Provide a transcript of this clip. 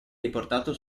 riportato